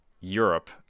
Europe